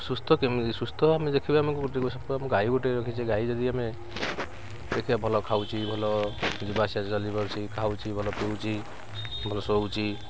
ସୁସ୍ଥ କେମିତି ସୁସ୍ଥ ଆମେ ଦେଖିବା ଆମକୁ ସବୁ ଗାଈ ଗୋଟେ ରଖିଛେ ଗାଈ ଯଦି ଆମେ ଦେଖିବା ଭଲ ଖାଉଛି ଭଲ ଯିବା ଆସିବା ଚାଲି ପାରୁଛି ଖାଉଛି ଭଲ ପିଉଛି ଭଲ ଶୋଉଛି